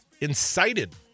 incited